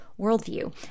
worldview